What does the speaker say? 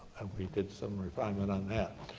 and we did some refinement on that.